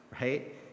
right